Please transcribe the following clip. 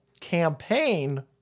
campaign